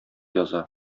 яза